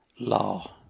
law